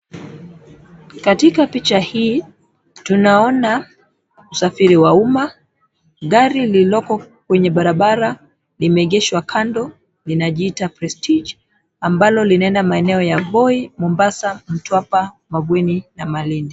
Katika picha hii tunaona usafiri wa umma. Gari lililoko kwenye barabara limeegeshwa kando, linajiita Prestige ambalo linaenda maeneo ya Voi, Mombasa, Mtwapa, Mavueni na Malindi.